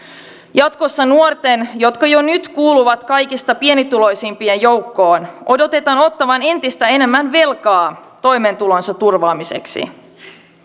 jatkossa nuorten jotka jo nyt kuuluvat kaikista pienituloisimpien joukkoon odotetaan ottavan entistä enemmän velkaa toimeentulonsa turvaamiseksi